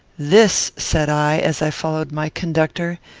this, said i, as i followed my conductor,